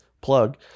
Plug